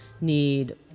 need